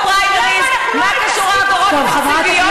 בואי נחליט עכשיו.